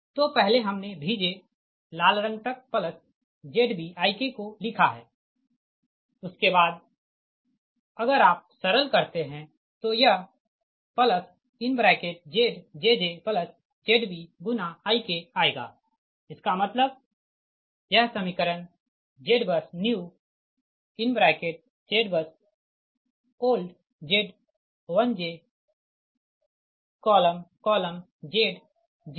तोपहले हमने Vj लाल रंग तक ZbIk को लिखा है उसके बाद अगर आप सरल करते है तो यह ZjjZbIk आएगा इसका मतलब यह समीकरण ZBUSNEWZBUSOLD Z1j Zj1 Zj2 Znj ZjjZb